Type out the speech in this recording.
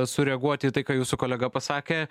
sureaguoti į tai ką jūsų kolega pasakė